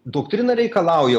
doktrina reikalauja